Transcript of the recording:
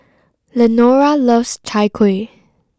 Lenora loves Chai Kueh